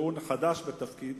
והוא חדש בתפקיד,